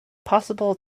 possible